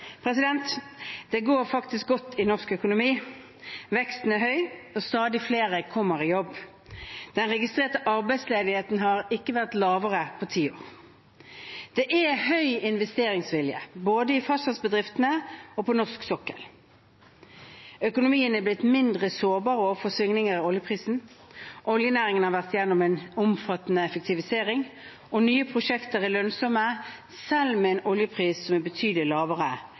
Det går faktisk godt i norsk økonomi. Veksten er høy, og stadig flere kommer i jobb. Den registrerte arbeidsledigheten har ikke vært lavere på ti år. Det er stor investeringsvilje, både i fastlandsbedriftene og på norsk sokkel. Økonomien er blitt mindre sårbar overfor svingninger i oljeprisen. Oljenæringen har vært gjennom en omfattende effektivisering, og nye prosjekter er lønnsomme selv med en oljepris som er betydelig lavere